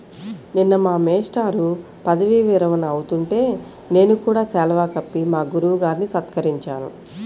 నిన్న మా మేష్టారు పదవీ విరమణ అవుతుంటే నేను కూడా శాలువా కప్పి మా గురువు గారిని సత్కరించాను